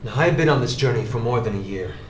and i've been on this journey for more than a year,